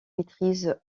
maîtrise